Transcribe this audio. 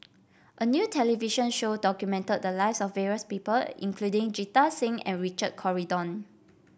a new television show documented the lives of various people including Jita Singh and Richard Corridon